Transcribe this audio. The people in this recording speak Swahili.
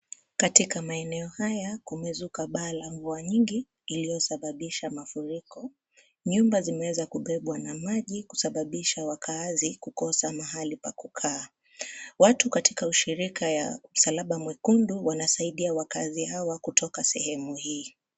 Katika maeneo haya kumezuka baa la mvua nyingi liyo sababisha mafuriko nyumba zimeweza kubebwa na maji kusababisha wakaazi kukosa mahali pa kukaa. Watu katika ushirika ya msalaba mwekundu wanasaidia wakaazi hawa kutoka sehemu hii.